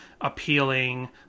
appealing